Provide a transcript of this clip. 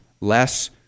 less